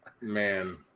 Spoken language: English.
man